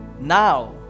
now